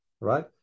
Right